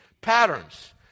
patterns